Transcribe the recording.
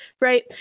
right